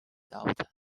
delta